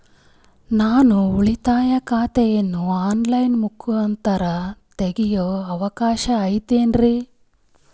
ನಾನು ಉಳಿತಾಯ ಖಾತೆಯನ್ನು ಆನ್ ಲೈನ್ ಮುಖಾಂತರ ತೆರಿಯೋ ಅವಕಾಶ ಐತೇನ್ರಿ?